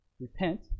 Repent